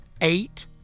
Eight